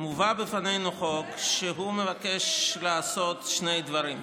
מובא בפנינו חוק שמבקש לעשות שני דברים: